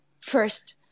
first